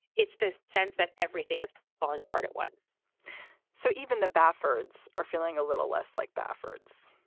it's this sense that everything is falling apart at once so even the bamford's are feeling a little less like bamford's